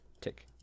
tick